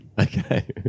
Okay